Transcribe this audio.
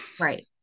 Right